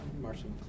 Marshall